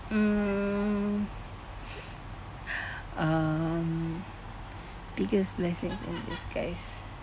mm um biggest blessings in disguise